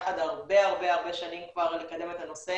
איתנו לגיבוש הדיון החשוב הזה ויציג מצגת.